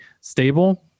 stable